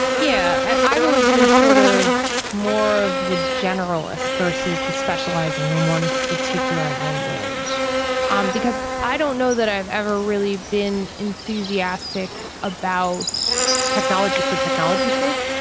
yeah. i've always been sort of more of the generalist versus the specializing in one particular language um because i don't know that i've ever really been enthusiastic about technology for technology sake.